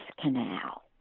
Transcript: canal